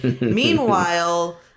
Meanwhile